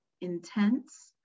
intense